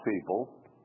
people